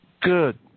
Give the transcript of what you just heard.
Good